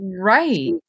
Right